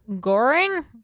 Goring